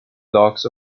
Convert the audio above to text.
blocks